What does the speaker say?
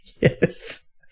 Yes